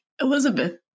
Elizabeth